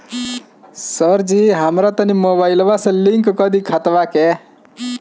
सरजी हमरा तनी मोबाइल से लिंक कदी खतबा के